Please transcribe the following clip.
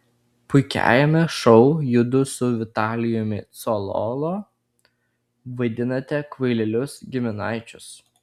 puikiajame šou judu su vitalijumi cololo vaidinate kvailelius giminaičius